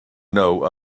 know